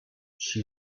she